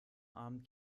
abend